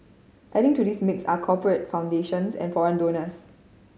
adding to this mix are corporate foundations and foreign donors